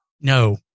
No